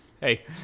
Hey